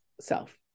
self